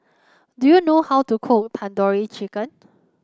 do you know how to cook Tandoori Chicken